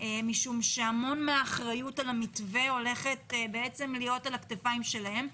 משום שהמון אחריות של המתווה הולכת ליפול על הכתפיים שלהם.